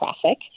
traffic